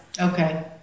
Okay